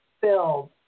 filled